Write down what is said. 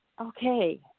okay